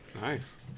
Nice